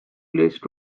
placed